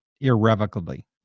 irrevocably